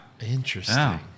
Interesting